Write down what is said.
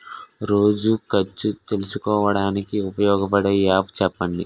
రోజు ఖర్చు తెలుసుకోవడానికి ఉపయోగపడే యాప్ చెప్పండీ?